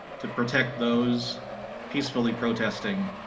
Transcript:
to protect those peacefully protesting,